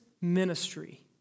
ministry